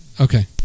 okay